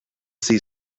see